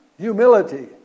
humility